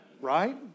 right